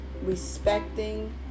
respecting